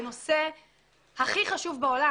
שזה לא סכסוך עסקי,